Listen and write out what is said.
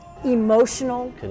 emotional